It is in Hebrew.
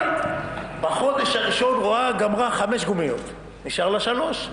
בחודש הראשון גמרה חמש גומיות, נשארו לה שלוש.